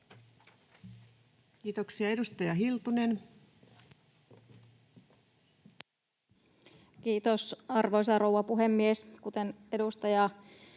Kiitoksia. — Edustaja Hiltunen. Kiitos, arvoisa rouva puhemies! Kuten edustaja